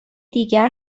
دیگر